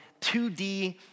2D